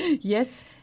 Yes